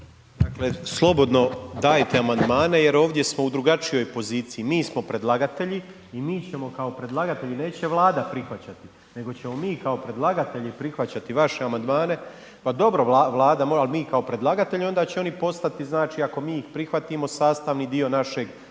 Dakle, slobodno dajte amandmane jer ovdje smo u drugačijoj poziciji, mi smo predlagatelji i mi ćemo kao predlagatelji, neće Vlada prihvaćati, nego ćemo mi kao predlagatelji prihvaćati vaše amandmane, pa dobro Vlada, al mi kao predlagatelji, onda će oni postati, znači, ako mi prihvatimo sastavni dio našeg